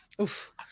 Oof